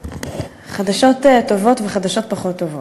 חדשות טובות וחדשות פחות טובות.